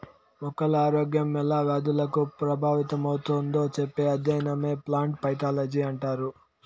మొక్కల ఆరోగ్యం ఎలా వ్యాధులకు ప్రభావితమవుతుందో చెప్పే అధ్యయనమే ప్లాంట్ పైతాలజీ అంటారు